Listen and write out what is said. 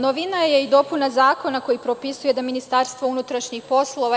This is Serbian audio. Novina je i dopuna zakona koji propisuje da MUP